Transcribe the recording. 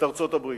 את ארצות-הברית.